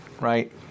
right